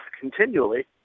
continually